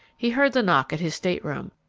he heard the knock at his stateroom,